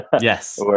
Yes